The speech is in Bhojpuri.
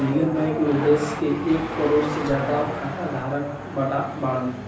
इण्डिअन बैंक मे देश के एक करोड़ से ज्यादा खाता धारक बाड़न